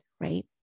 right